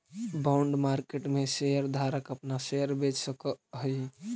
bond market में share धारक अपना शेयर बेच सकऽ हई